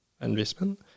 investment